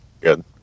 good